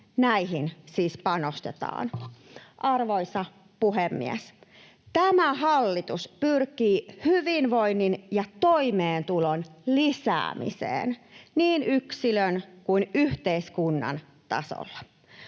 Näihin siis panostetaan. Arvoisa puhemies! Tämä hallitus pyrkii hyvinvoinnin ja toimeentulon lisäämiseen niin yksilön kuin yhteiskunnan tasolla.